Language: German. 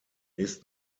ist